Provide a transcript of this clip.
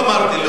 לוב אמרתי.